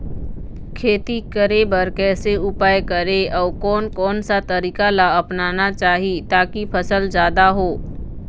खेती करें बर कैसे उपाय करें अउ कोन कौन सा तरीका ला अपनाना चाही ताकि फसल जादा हो?